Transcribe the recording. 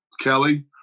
Kelly